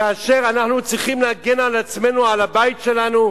כאשר אנחנו צריכים להגן על עצמנו, על הבית שלנו,